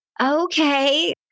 okay